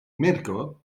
mirco